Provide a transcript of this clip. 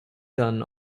gun